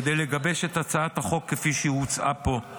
כדי לגבש את הצעת החוק כפי שהוצעה פה,